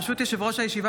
ברשות יושב-ראש הישיבה,